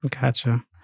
gotcha